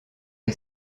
est